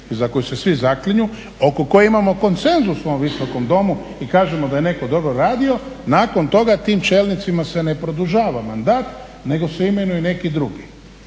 za koju se svi zaklinju, oko koje imamo konsenzus u ovom Visokom domu i kažemo da je netko dobro radio nakon toga tim čelnicima se ne produžava mandat nego se imenuju neki drugi.